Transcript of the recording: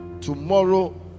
tomorrow